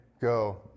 go